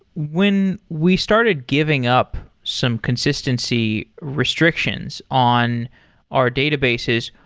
when we started giving up some consistency restrictions on our databases,